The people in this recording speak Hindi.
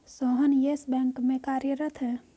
सोहन येस बैंक में कार्यरत है